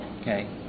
Okay